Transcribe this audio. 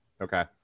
Okay